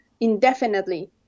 indefinitely